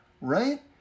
right